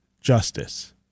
justice